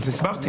אז הסברתי.